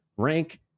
Rank